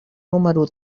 número